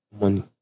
Money